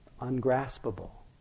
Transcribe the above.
ungraspable